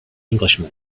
englishman